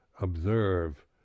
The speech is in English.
observe